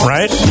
Right